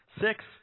Six